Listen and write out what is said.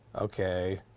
okay